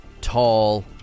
tall